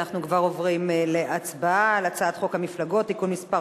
אנחנו כבר עוברים להצבעה על הצעת חוק המפלגות (תיקון מס'